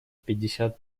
пятьдесят